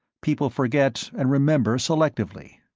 people forget and remember selectively.